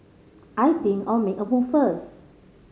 I think I'll make a move first